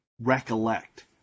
recollect